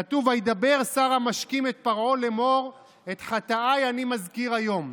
כתוב: "וידבר שר המשקים את פרעה לאמֹר את חטאי אני מזכיר היום".